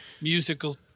musical